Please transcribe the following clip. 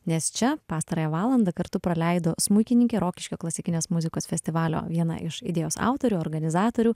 nes čia pastarąją valandą kartu praleido smuikininkė rokiškio klasikinės muzikos festivalio viena iš idėjos autorių organizatorių